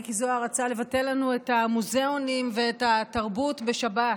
מיקי זוהר רצה לבטל לנו את המוזיאונים ואת התרבות בשבת.